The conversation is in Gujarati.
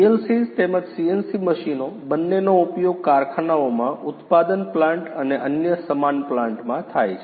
PLCs તેમજ CNC મશીનો બંનેનો ઉપયોગ કારખાનાઓમાં ઉત્પાદન પ્લાન્ટ અને અન્ય સમાન પ્લાન્ટમાં થાય છે